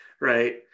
right